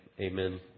Amen